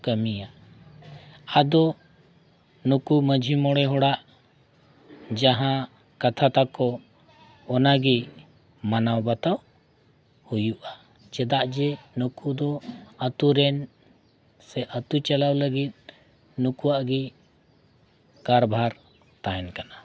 ᱠᱟᱹᱢᱤᱭᱟ ᱟᱫᱚ ᱱᱩᱠᱩ ᱢᱟᱺᱡᱷᱤ ᱢᱚᱬᱮ ᱦᱚᱲᱟᱜ ᱡᱟᱦᱟᱸ ᱠᱟᱛᱷᱟ ᱛᱟᱠᱚ ᱚᱱᱟᱜᱮ ᱢᱟᱱᱟᱣᱼᱵᱟᱛᱟᱣ ᱦᱩᱭᱩᱜᱼᱟ ᱪᱮᱫᱟᱜ ᱡᱮ ᱱᱩᱠᱩ ᱫᱚ ᱟᱛᱳ ᱨᱮᱱ ᱥᱮ ᱟᱛᱳ ᱪᱟᱞᱟᱣ ᱞᱟᱹᱜᱤᱫ ᱱᱩᱠᱩᱣᱟᱜ ᱜᱮ ᱠᱟᱨᱵᱷᱟᱨ ᱛᱟᱦᱮᱱ ᱠᱟᱱᱟ